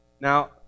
Now